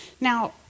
Now